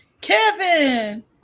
Kevin